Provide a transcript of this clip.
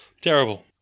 terrible